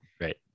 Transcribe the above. Right